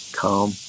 calm